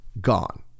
gone